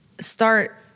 start